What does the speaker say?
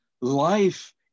life